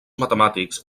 matemàtics